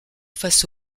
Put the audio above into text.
face